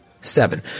Seven